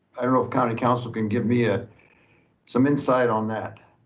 i don't know if county council can give me, ah some insight on that.